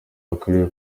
hakwiriye